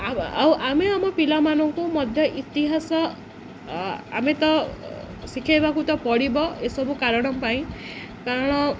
ଆ ଆଉ ଆମେ ଆମ ପିଲାମାନଙ୍କୁ ମଧ୍ୟ ଇତିହାସ ଆମେ ତ ଶିଖାଇବାକୁ ତ ପଡ଼ିବ ଏସବୁ କାରଣ ପାଇଁ କାରଣ